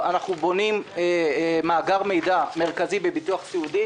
אנחנו בונים מאגר מידע מרכזי בביטוח סיעודי